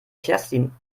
kerstin